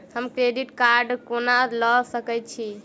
हम credit card कोना लऽ सकै छी?